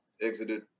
exited